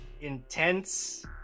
intense